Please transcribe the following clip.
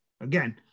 Again